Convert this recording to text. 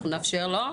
בבקשה.